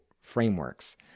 frameworks